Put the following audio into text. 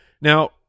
Now